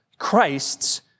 Christ's